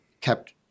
kept